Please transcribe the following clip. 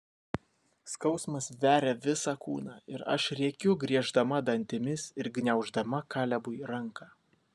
skausmas veria visą kūną ir aš rėkiu grieždama dantimis ir gniauždama kalebui ranką